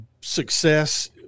success